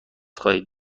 خواهید